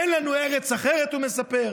אין לנו ארץ אחרת, הוא מספר.